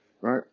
right